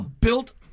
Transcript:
built